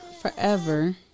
Forever